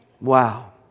Wow